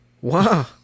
Wow